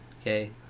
Okay